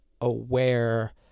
aware